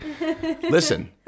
Listen